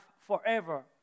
forever